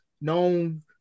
known